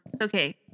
Okay